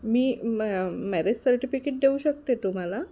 मी म marriage certificate देऊ शकते तुम्हाला